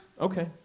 Okay